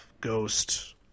Ghost